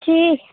ঠিক